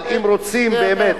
אבל אם רוצים באמת,